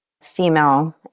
female